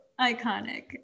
iconic